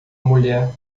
mulher